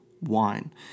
wine